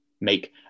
make